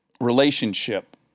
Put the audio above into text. relationship